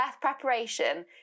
preparation